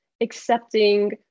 accepting